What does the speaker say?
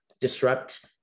disrupt